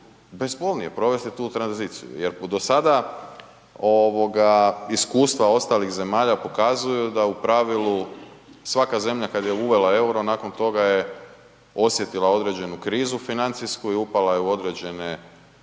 bezbolnije provesti tu tranziciju. Jer po do sada ovoga iskustava ostalih zemalja pokazuju da u pravilu svaka zemlja kad je uvela EUR-o nakon toga je osjetila određenu krizu financijsku i upala je u određene